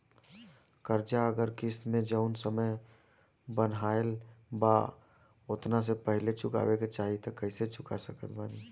कर्जा अगर किश्त मे जऊन समय बनहाएल बा ओतना से पहिले चुकावे के चाहीं त कइसे चुका सकत बानी?